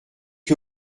que